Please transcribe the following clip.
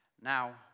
Now